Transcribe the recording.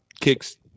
kicks